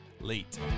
Late